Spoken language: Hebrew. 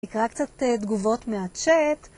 נקרא קצת תגובות מהצ'אט.